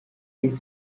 his